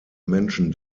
menschen